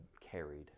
carried